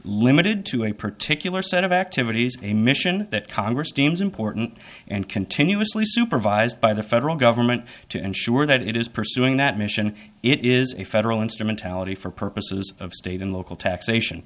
limited to a particular set of activities a mission that congress deems important and continuously supervised by the federal government to ensure that it is pursuing that mission it is a federal instrumentality for purposes of state and local taxation